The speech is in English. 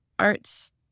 arts